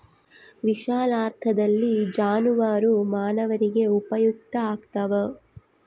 ವಿಶಾಲಾರ್ಥದಲ್ಲಿ ಜಾನುವಾರು ಮಾನವರಿಗೆ ಉಪಯುಕ್ತ ಆಗ್ತಾವ